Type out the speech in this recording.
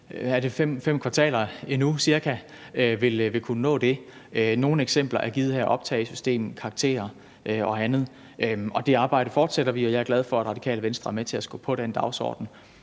cirka fem kvartaler endnu vil kunne nå det. Nogle eksempler er givet her: optagelsessystemet, karakterer og andet. Det arbejde fortsætter vi, og jeg er glad for, at Radikale Venstre er med til at skubbe på den dagsorden.